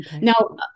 Now